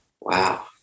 Wow